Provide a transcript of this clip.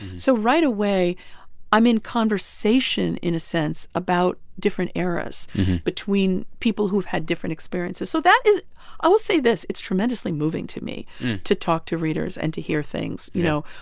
so right away i'm in conversation in a sense about different eras between people who've had different experiences so that is i will say this. it's tremendously moving to me to talk to readers and to hear things. you know,